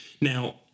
Now